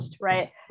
Right